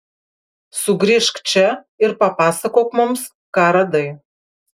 sugrįžk čia ir papasakok mums ką radai